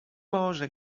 morze